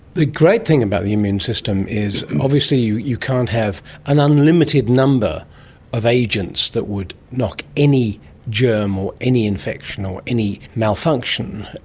the great thing about the immune system is obviously you you can't have an unlimited number of agents that would knock any germ or any infection or any malfunction,